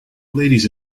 ladies